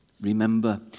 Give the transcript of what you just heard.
Remember